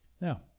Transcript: Now